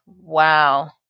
wow